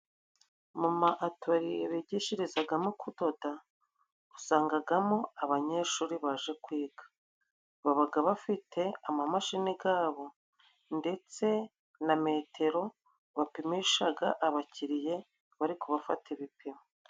Mu ma atoriye bigishirezagamo kudoda, usangagamo abanyeshuri baje kwiga. Babaga bafite amamashini gabo, ndetse na metero bapimishaga abakiriye bari kubafata ibipimo.